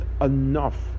enough